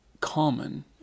common